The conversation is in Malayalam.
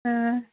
ആ